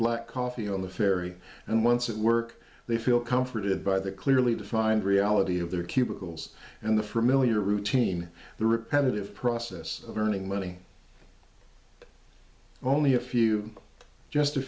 black coffee on the ferry and once at work they feel comforted by the clearly defined reality of their cubicles and the familiar routine the repetitive process of earning money only a few just a